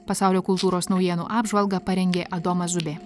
pasaulio kultūros naujienų apžvalgą parengė adomas zubė